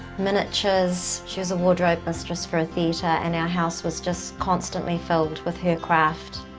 miniatures. she was wardrobe mistress for a theatre, and our house was just constantly filled with her craft.